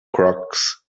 crooks